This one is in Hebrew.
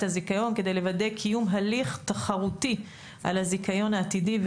הזיכיון כדי לוודא קיום הליך תחרותי על הזיכיון העתידי,